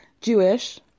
Jewish